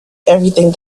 everything